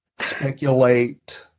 speculate